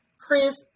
chris